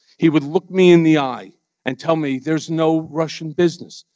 he would look me in the eye and tell me, there's no russian business,